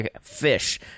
fish